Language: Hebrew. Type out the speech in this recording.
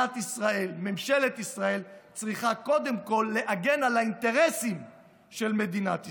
ממשלת ישראל צריכה קודם כול להגן על האינטרסים של מדינת ישראל.